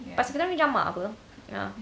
lepas tu boleh jamak apa ya